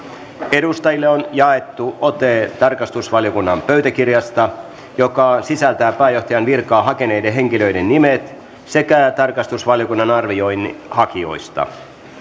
edustajille on jaettu ote tarkastusvaliokunnan pöytäkirjasta joka sisältää pääjohtajan virkaa hakeneiden henkilöiden nimet sekä tarkastusvaliokunnan arvioinnin hakijoista